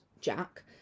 Jack